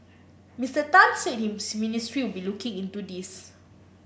Mister Tan said his ministry will be looking into this